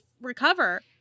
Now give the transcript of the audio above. recover